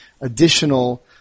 additional